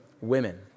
Women